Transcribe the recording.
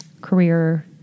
career